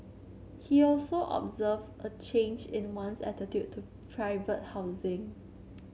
he also observed a change in one's attitude to private housing